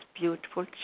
beautiful